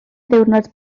ddiwrnod